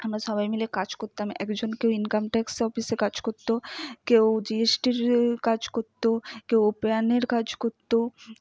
আমরা সবাই মিলে কাজ করতাম একজন কেউ ইনকাম ট্যাক্স অফিসে কাজ করত কেউ জিএসটির কাজ করত কেউ প্যানের কাজ করত